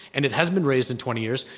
and it hasn't been raised in twenty years.